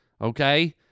Okay